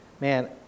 man